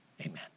Amen